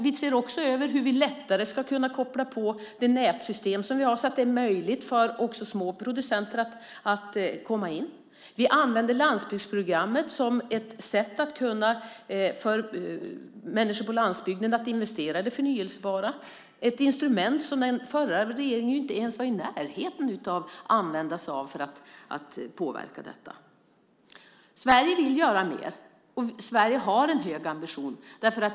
Vi ser också över hur vi lättare ska kunna koppla på det nätsystem som vi har så att det är möjligt för också små producenter att komma in. Vi använder landsbygdsprogrammet som ett sätt för människor på landsbygden att investera i det förnybara. Det är ett instrument som den förra regeringen inte ens var i närheten av att använda sig av för att påverka detta. Sverige vill göra mer, och Sverige har en hög ambition.